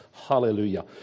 Hallelujah